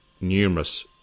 numerous